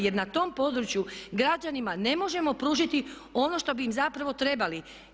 Jer na tom području građanima ne možemo pružiti ono što bi im zapravo trebali.